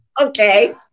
Okay